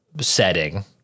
setting